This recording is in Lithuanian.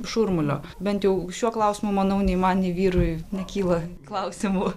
šurmulio bent jau šiuo klausimu manau nei man nei vyrui nekyla klausimų